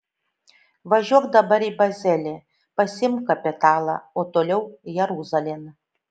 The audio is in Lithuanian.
važiuok dabar į bazelį pasiimk kapitalą o toliau jeruzalėn